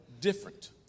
different